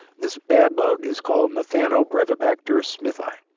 this bad bug is called methanobrevibacter smithii.